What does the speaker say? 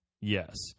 Yes